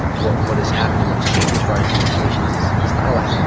what what has happened and what has changed as far as administrations is is not a lot.